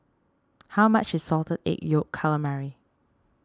how much is Salted Egg Yolk Calamari